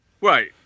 Right